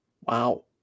wow